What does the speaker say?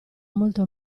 molto